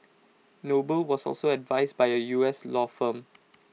noble was also advised by A U S law firm